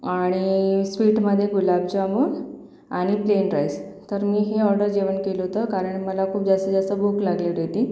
आणि स्वीटमध्ये गुलाबजामुन आणि प्लेन राईस तर मी हे ऑर्डर जेवण केलं होतं कारण मला खूप जास्तीत जास्त भूक लागलं टेती